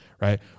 right